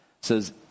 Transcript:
says